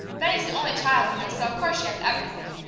betty's the only child, you know, so, of course, she has everything.